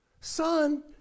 Son